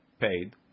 paid